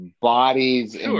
bodies